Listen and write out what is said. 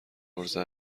عرضه